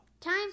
Time